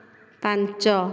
ପାଞ୍ଚ